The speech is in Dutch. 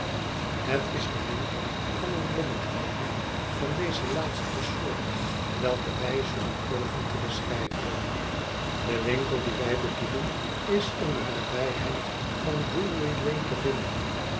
het is de winkel van een lommerdhouder van deze laatste soort welken wij zullen pogen te beschrijven de winkel dien wij bedoelen is in de nabijheid van drury-lane te vinden